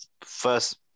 first